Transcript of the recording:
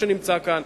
שנמצא כאן,